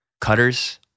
Cutters